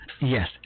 yes